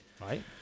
Right